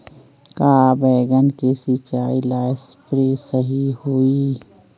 का बैगन के सिचाई ला सप्रे सही होई?